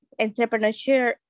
entrepreneurship